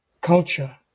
culture